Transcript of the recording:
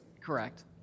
Correct